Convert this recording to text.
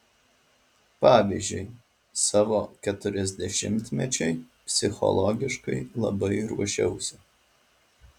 pavyzdžiui savo keturiasdešimtmečiui psichologiškai labai ruošiausi